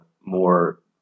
more